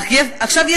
עכשיו,